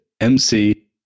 MC